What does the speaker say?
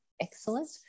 excellent